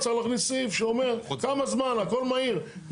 צריך להכניס סעיף שאומר כמה זמן, הכל מהיר.